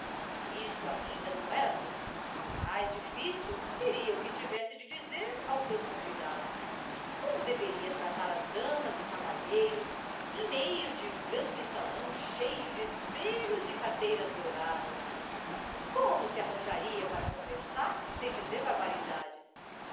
e isso ainda não era tudo o mais difícil seria o que tivesse de dizer aos seus convidados como deveria tratar as damas e cavalheiros em meio de um grande salão cheio de espelhos e cadeiras douradas como se arranjaria para conversar sem dizer barbaridades e